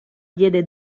diede